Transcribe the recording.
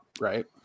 right